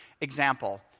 example